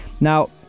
now